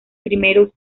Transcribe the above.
primeros